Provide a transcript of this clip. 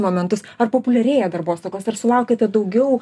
momentus ar populiarėja darbostogos ar sulaukiate daugiau